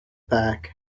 pack